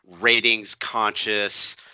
ratings-conscious